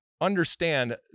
understand